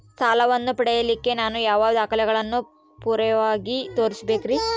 ಸಾಲವನ್ನು ಪಡಿಲಿಕ್ಕೆ ನಾನು ಯಾವ ದಾಖಲೆಗಳನ್ನು ಪುರಾವೆಯಾಗಿ ತೋರಿಸಬೇಕ್ರಿ?